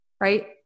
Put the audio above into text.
right